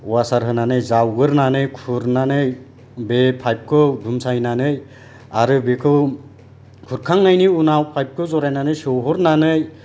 अवासार होनानै जावग्रोनानै खुरनानै बे पाइप खौ बसायनानै आरो बेखौ खुरखांनायनि उनाव पाइप खौ जरायनानै सोहरनानै